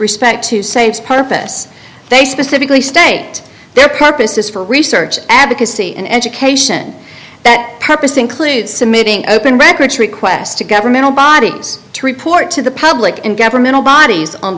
respect to say it's purpose they specifically state their purposes for research advocacy and education that purpose includes submitting open records requests to governmental bodies to report to the public and governmental bodies